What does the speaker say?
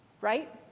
right